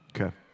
Okay